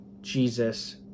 Jesus